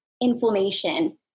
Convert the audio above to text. inflammation